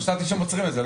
חשבתי שאתם עוצרים את זה.